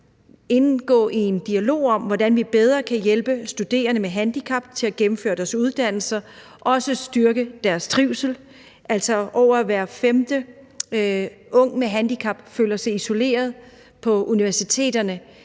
indgå i en dialog om, hvordan vi bedre kan hjælpe studerende med handicap til at gennemføre deres uddannelse og styrke deres trivsel, for mere end hver femte ung med handicap føler sig isolerede på universiteterne.